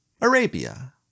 Arabia